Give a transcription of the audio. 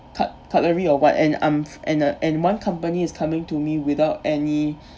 cutlery or what and um and uh and one company is coming to me without any